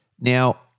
Now